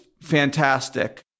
fantastic